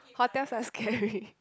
hotels are scary